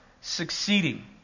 succeeding